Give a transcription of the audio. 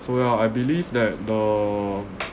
so ya I believe that the